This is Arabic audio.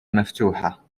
مفتوحة